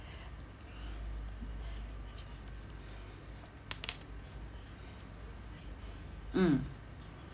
mm